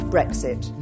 Brexit